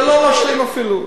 זה לא משלים אפילו.